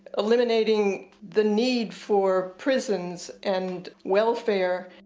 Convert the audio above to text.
eliminating the need for prisons and welfare.